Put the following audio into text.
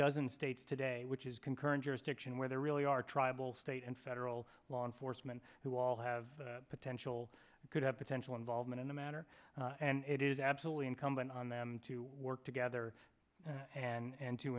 dozen states today which is concurrent jurisdiction where there really are tribal state and federal law enforcement who all have potential could have potential involvement in the matter and it is absolutely incumbent on them to work together and